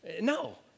No